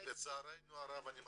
לצערנו הרב אני מסכים.